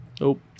Nope